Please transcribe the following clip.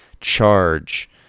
charge